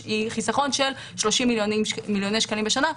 היא חיסכון של 30 מיליון שקלים בשנה.